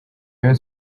rayon